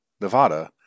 Nevada